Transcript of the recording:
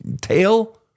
tail